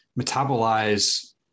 metabolize